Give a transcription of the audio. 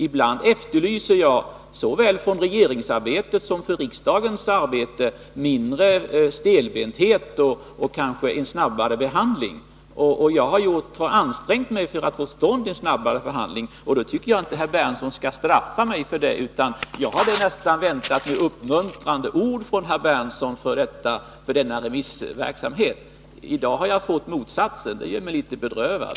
Ibland efterlyser jag såväl för regeringens som för riksdagens arbete mindre stelbenthet och kanske en snabbare behandling. Jag har ansträngt mig för att få till stånd en snabbare behandling, och då tycker jag inte att herr Berndtson skall straffa mig för det, utan jag hade nästan väntat mig uppmuntrande ord från herr Berndtson för denna remissverksamhet. I dag har jag fått motsatsen, och det gör mig litet bedrövad.